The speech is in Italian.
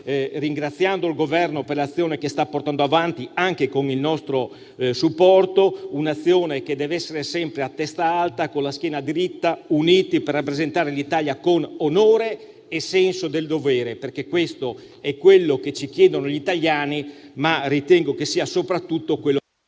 ringraziando il Governo per l'azione che sta portando avanti, anche con il nostro supporto; un'azione che deve essere sempre a testa alta e con la schiena dritta, uniti per rappresentare l'Italia con onore e senso del dovere, perché questo è quello che ci chiedono gli italiani, ma ritengo che sia soprattutto quello che gli italiani